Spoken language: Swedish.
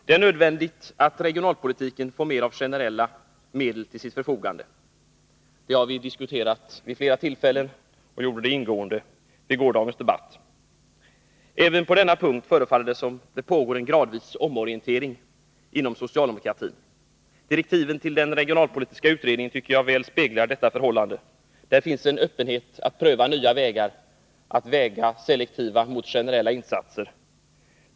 Det är nödvändigt att regionalpolitiken får mer av generella medel till sitt förfogande. Det har vi diskuterat vid flera tillfällen, och vi gjorde det ingående i gårdagens debatt. Även på denna punkt förefaller det som om det pågår en gradvis omorientering inom socialdemokratin. Direktiven till den regionalpolitiska utredningen tycker jag väl speglar detta förhållande. Där finns en öppenhet att pröva nya vägar och att väga selektiva insatser mot generella.